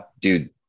dude